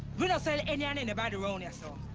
we no sell to any and anybody, yah-so.